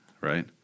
right